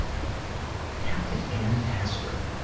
captain ann hester.